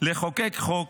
לחוקק חוק